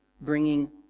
bringing